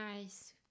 nice